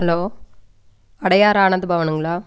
hello Adyar ஆனந்தபவனுங்களா